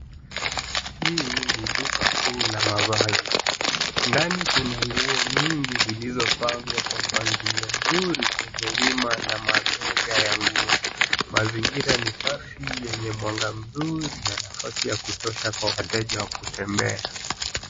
Hii ni duka kuu la mavazi. Ndani kuna nguo nyingi zilizopangwa kwa mpangilio mzuri kwenye wima na mabega ya nguo. Mazingira ni safi yenye mwanga mzuri na nafasi ya kutosha kwa wateja wa kutembea.